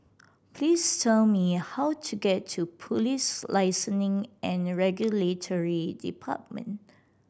please tell me how to get to Police Licensing and Regulatory Department